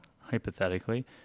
hypothetically